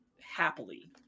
happily